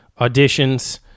auditions